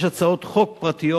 יש הצעות חוק פרטיות,